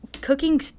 cooking